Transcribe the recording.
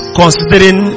considering